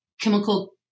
chemical